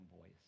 voice